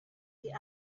the